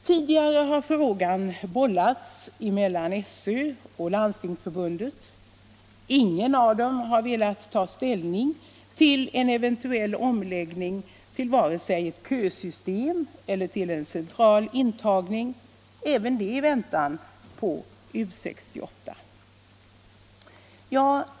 Tidigare har frågan bollats mellan SÖ och Landstingsförbundet. Ingen av dem har velat ta ställning för en eventuell omläggning till vare sig ett kösystem eller en central intagning, även det i väntan på U 68.